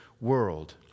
world